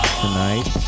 tonight